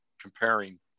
comparing